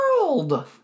world